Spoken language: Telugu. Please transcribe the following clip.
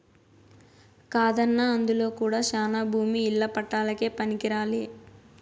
కాదన్నా అందులో కూడా శానా భూమి ఇల్ల పట్టాలకే పనికిరాలే